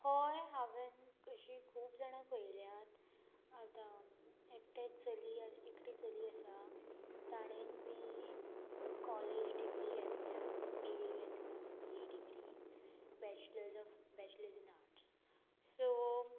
हय हांवेन अशी खूब जाणां पयल्यांत आतां एकटे चली एकटी चली आसा ताणेन बी कॉलेज डिग्री घेतल्या बी ए घेतला B A degree bachelors of bachelors in arts so